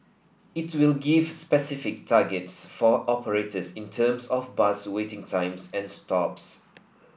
it will give specific targets for operators in terms of bus waiting times at stops